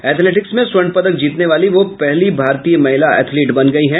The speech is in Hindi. एथलेटिक्स में स्वर्ण पदक जीतने वाली वो पहली भारतीय महिला एथलीट बन गयी हैं